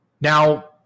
Now